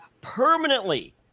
permanently